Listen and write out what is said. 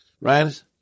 Right